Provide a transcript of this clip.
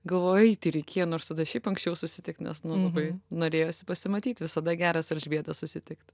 galvojau ei tai reikėjo nors tada šiaip anksčiau susitikt nes nu labai norėjosi pasimatyt visada gera su elžbieta susitikt